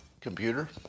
computer